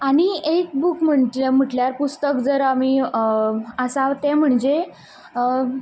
आनी एक बूक म्हटल्यार पुस्तक जर आमी आसा तें म्हणजे